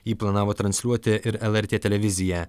jį planavo transliuoti ir lrt televizija